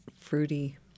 fruity